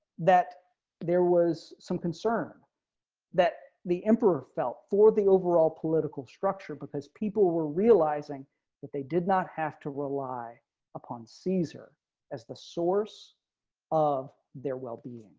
that there was some concern that the emperor felt for the overall political structure because people were realizing that they did not have to rely upon caesar as the source of their well being.